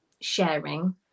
sharing